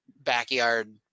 backyard